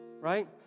Right